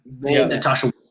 Natasha